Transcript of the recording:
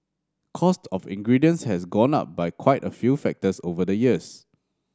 cost of ingredients has gone up by quite a few factors over the years